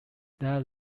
that